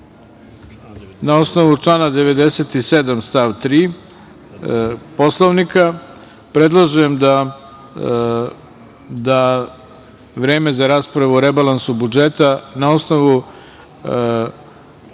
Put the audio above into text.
na osnovu člana 97. stav 3. Poslovnika, predlažem da vreme za raspravu o rebalansu budžeta na osnovu